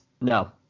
No